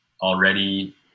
already